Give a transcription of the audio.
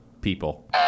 people